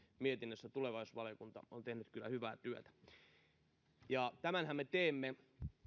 mietinnössä tulevaisuusvaliokunta on tehnyt kyllä hyvää työtä tämänhän me teemme